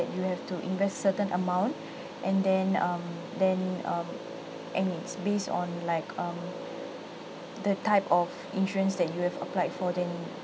you have to invest certain amount and then um then um and it's base on like um the type of insurance that you have applied for then